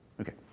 Okay